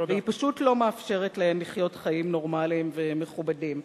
ופשוט לא מאפשרת להן לחיות חיים נורמליים ומכובדים.